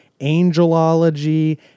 angelology